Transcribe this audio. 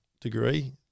degree